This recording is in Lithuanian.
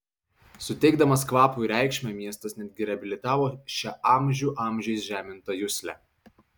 suteikdamas kvapui reikšmę miestas netgi reabilitavo šią amžių amžiais žemintą juslę